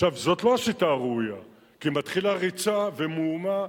זאת לא השיטה הראויה, כי מתחילה ריצה, ומהומה.